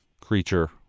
creature